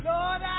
Lord